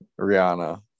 Rihanna